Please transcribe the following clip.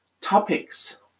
topics